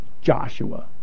Joshua